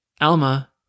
Alma